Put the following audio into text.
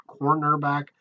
cornerback